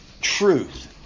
truth